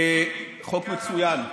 חוק מצוין.